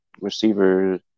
receiver